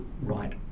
right